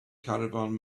caravan